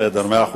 מאה אחוז.